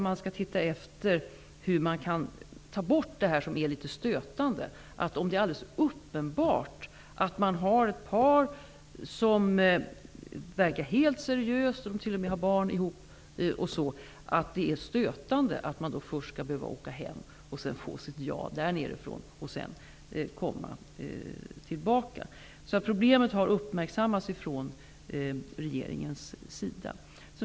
Man skall se över om man inte kan förändra den regel som är litet stötande. Om det är uppenbart att det rör sig om ett par, där det verkar seriöst, som t.o.m. har barn gemensamt, är det stötande att dessa människor först skall behöva åka hem för att söka uppehållstillstånd i Sverige och sedan komma tillbaka. Problemet har uppmärksammats från regeringens sida.